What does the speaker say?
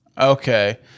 Okay